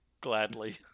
Gladly